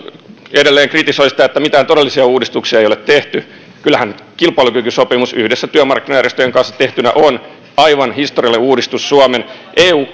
edelleen kritisoi sitä että mitään todellisia uudistuksia ei ole tehty kyllähän kilpailukykysopimus yhdessä työmarkkinajärjestöjen kanssa tehtynä on aivan historiallinen uudistus suomen eu